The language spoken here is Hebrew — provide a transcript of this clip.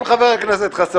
אנחנו עניינים, חבר הכנסת חסון.